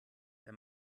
der